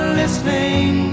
listening